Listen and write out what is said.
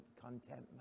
contentment